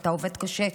ואתה עובד קשה,